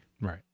right